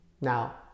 Now